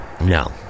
No